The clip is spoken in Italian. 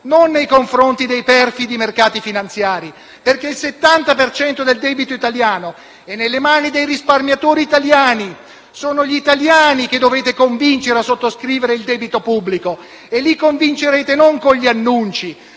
non nei confronti dei perfidi mercati finanziari, perché il 70 per cento del debito italiano è nelle mani dei risparmiatori italiani. Sono gli italiani che dovete convincere a sottoscrivere il debito pubblico e li convincerete non con gli annunci,